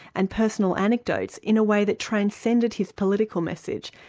and personal anecdotes in a way that transcended his political message,